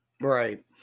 Right